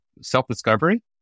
self-discovery